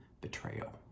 betrayal